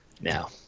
now